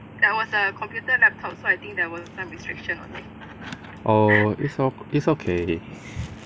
oh it's it's okay